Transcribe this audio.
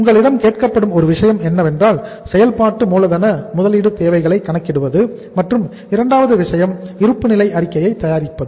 உங்களிடம் கேட்கப்படும் ஒரு விஷயம் என்னவென்றால் செயல்பாட்டு மூலதன முதலீடு தேவைகளை கணக்கிடுவது மற்றும் இரண்டாவது விஷயம் இருப்புநிலை அறிக்கையை தயாரிப்பது